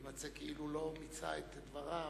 יימצא כאילו לא מיצה את דבריו